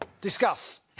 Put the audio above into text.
discuss